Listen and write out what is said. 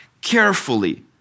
carefully